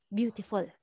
beautiful